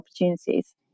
opportunities